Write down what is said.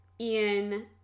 Ian